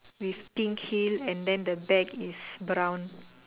with pink heel and then the bag is brown